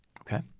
Okay